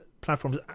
platforms